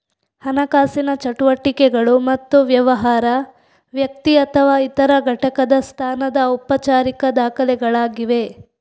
ಹಣಕಾಸಿನ ಚಟುವಟಿಕೆಗಳು ಮತ್ತು ವ್ಯವಹಾರ, ವ್ಯಕ್ತಿ ಅಥವಾ ಇತರ ಘಟಕದ ಸ್ಥಾನದ ಔಪಚಾರಿಕ ದಾಖಲೆಗಳಾಗಿವೆ